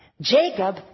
Jacob